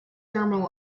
thermal